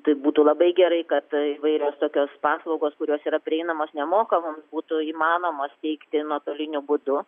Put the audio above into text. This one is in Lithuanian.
tai būtų labai gerai kad įvairios tokios paslaugos kurios yra prieinamos nemokamos būtų įmanomos teikti nuotoliniu būdu